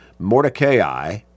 Mordecai